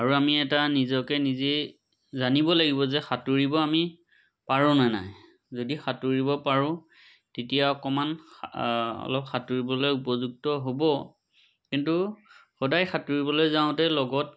আৰু আমি এটা নিজকে নিজেই জানিব লাগিব যে সাঁতুৰিব আমি পাৰোঁ নাই নাই যদি সাঁতুৰিব পাৰোঁ তেতিয়া অকণমান অলপ সাঁতুৰিবলৈ উপযুক্ত হ'ব কিন্তু সদায় সাঁতুৰিবলৈ যাওঁতে লগত